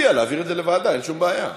לוועדה, אין שום בעיה.